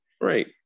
Right